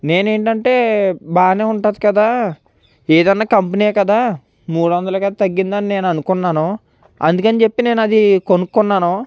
నేనేంటంటే బాగానే ఉంటాది కదా ఏదన్నా కంపెనీయే కదా మూడొందలే కదా తగ్గింది అని నేననుకుంటున్నాను అందుకని చెప్పి నేనది కొనుక్కున్నాను